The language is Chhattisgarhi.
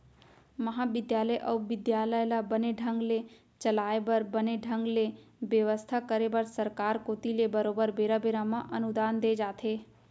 महाबिद्यालय अउ बिद्यालय ल बने ढंग ले चलाय बर बने ढंग ले बेवस्था करे बर सरकार कोती ले बरोबर बेरा बेरा म अनुदान दे जाथे